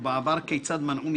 ובעבר כיצד מנעו,